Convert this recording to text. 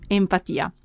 empatia